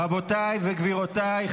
רבותיי וגבירותיי,